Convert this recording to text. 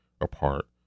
apart